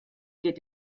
geht